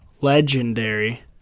legendary